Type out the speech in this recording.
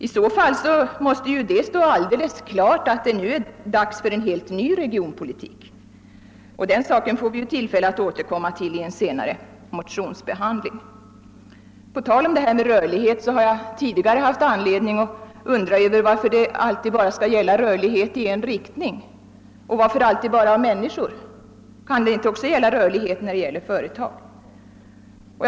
I så fall måste det ju stå alldeles klart att det nu är dags för en helt ny regionalpolitik, och den saken får vi tillfälle att återkomma till vid en senare motionsbehandling. På tal om rörlighet så har jag tidigare haft anledning att undra över varför det alltid bara skall gälla rörlighet i en riktning och varför det alltid bara skall gälla människor. Kan det inte också bli fråga om rörlighet för företagen?